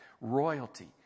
royalty